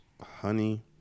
Honey